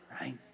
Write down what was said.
right